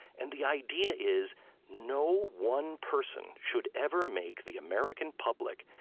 and the idea is no one person should ever make the american public,